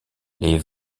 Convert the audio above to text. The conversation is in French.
les